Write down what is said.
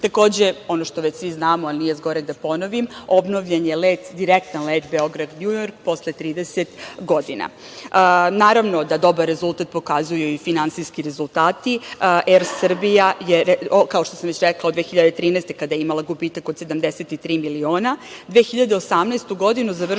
Takođe, ono što već svi znamo, a nije zgoreg da ponovim, obnovljen je direktan let Beograd – Njujork, posle 30 godina. Naravno da dobar rezultat pokazuju i finansijski rezultati. Kao što sam već rekla, „Er Srbija“ je od 2013. godine, kada je imala gubitak od 73. miliona, 2018. godina završila